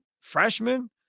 freshman